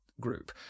group